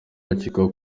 bakekwaho